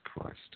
Christ